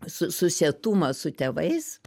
su susietumą su tėvais